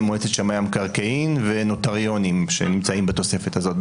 מועצת שמאי המקרקעין ונוטריונים שנמצאים בתוספת הזאת.